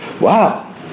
Wow